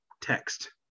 text